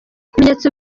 ibimenyetso